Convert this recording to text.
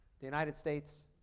the united states,